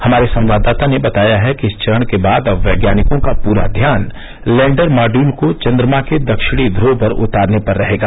हमारे संवाददाता ने बताया है कि इस चरण के बाद अब वैज्ञानिकों का पुरा ध्यान लैण्डर मॉड्यल को चन्द्रमा के दक्षिणी ध्व पर उतारने पर रहेगा